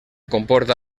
comporta